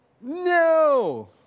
no